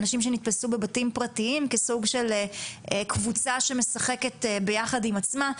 אנשים שנתפסו בבתים פרטיים כסוג של קבוצה שמשחקת ביחד עם עצמה.